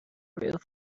roof